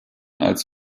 als